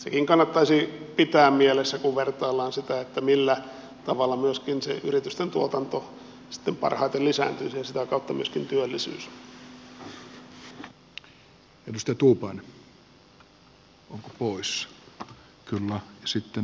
sekin kannattaisi pitää mielessä kun vertaillaan sitä millä tavalla myöskin se yritysten tuotanto sitten parhaiten lisääntyisi ja sitä kautta myöskin työllisyys